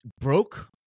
broke